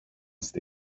στη